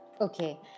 Okay